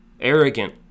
arrogant